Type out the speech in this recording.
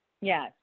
Yes